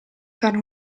fare